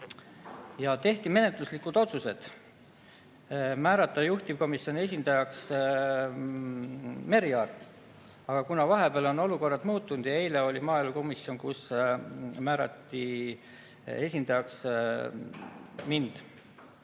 Ja tehti menetluslikud otsused. Määrati juhtivkomisjoni esindajaks Merry Aart, aga kuna vahepeal on olukord muutunud ja eile oli maaelukomisjoni istung, siis määrati esindajaks mind,